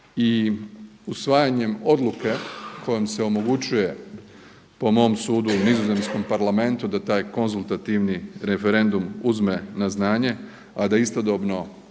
i usvajanjem odluke kojom se omogućuje po mom sudu u Nizozemskom parlamentu da taj konzultativni referendum uzme na znanje, a da istodobno